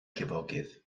llifogydd